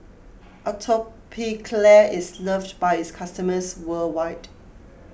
Atopiclair is loved by its customers worldwide